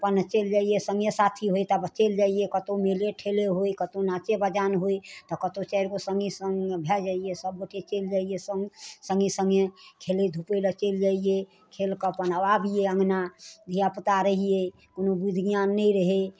अपन चलि जइयै सङ्गिए साथी होय कतहु चलि जइयै कतहु मेले ठेले होय कतहु नाचे बजान होय तऽ कतहु चारि गो सङ्गी सङ्गमे भए जइयै सभ गोटे चलि जइयै सङ्ग सङ्गे सङ्गे खेलै धुपै लेल चलि जइयै खेल कऽ अपन अबियै अङना धियापुता रहियै कोनो बुद्धि ज्ञान नहि रहय